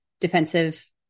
defensive